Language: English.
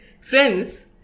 Friends